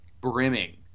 brimming